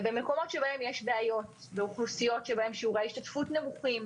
במקומות שבהם יש בעיות באוכלוסיות שבהן שיעורי ההשתתפות נמוכים,